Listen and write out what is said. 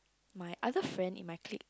my other friend in my clique